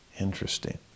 Interesting